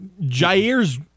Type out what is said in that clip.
Jair's